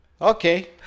Okay